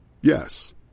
Yes